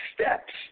steps